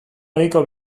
ohiko